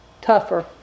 tougher